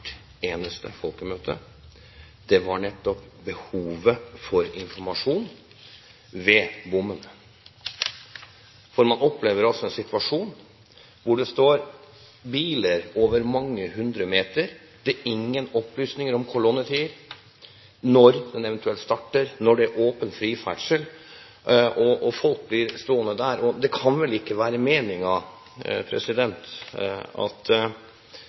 eneste folkemøte, var nettopp behovet for informasjon ved bommen. Man opplever en situasjon der det står mange hundre meter med biler. Det er ingen opplysninger om kolonnetid, når den eventuelt starter, og når det er åpen, fri ferdsel. Folk blir stående der. Det kan vel ikke være meningen at